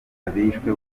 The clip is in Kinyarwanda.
abishwe